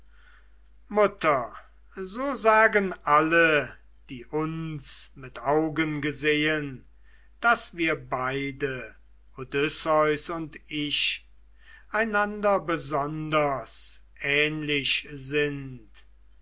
mutter so sagen alle die uns mit augen gesehen daß wir beide odysseus und ich einander besonders ähnlich sind